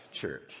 church